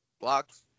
blocks